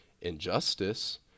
injustice